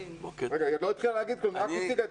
היכן אנחנו עומדים.